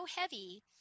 heavy